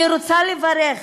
אני רוצה לברך